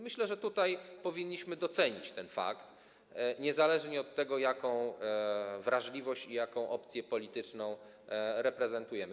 Myślę, że tutaj powinniśmy docenić ten fakt niezależnie od tego, jaką mamy wrażliwość i jaką opcję polityczną reprezentujemy.